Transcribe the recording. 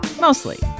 Mostly